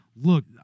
look